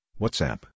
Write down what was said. WhatsApp